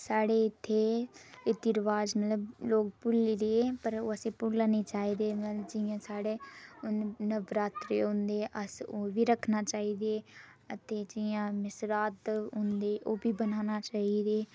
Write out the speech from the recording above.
साढ़े इत्थै रीति रिवाज मतलब लोग भुल्ली गे पर ओह् असें भुल्लना निं चाहिदे जि'यां साढ़े नवरात्रे होंदे ऐ अस ओह् बी रक्खना चाहिदे जि'यां श्राद्ध होंदे ओह् बी बनाना चाहिदे